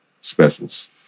Specials